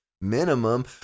Minimum